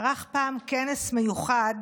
ערך פעם כנס מיוחד